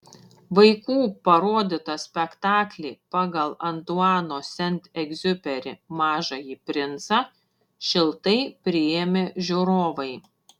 vaikų parodytą spektaklį pagal antuano sent egziuperi mažąjį princą šiltai priėmė žiūrovai